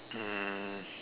um